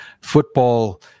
football